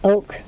Oak